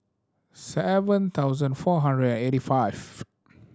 seven thousand four hundred and eighty five